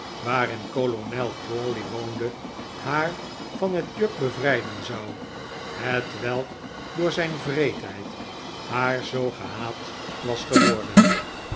waarin kolonel crawley woonde haar van het juk bevrijden zou hetwelk door zijn wreedheid haar zoo gehaat was geworden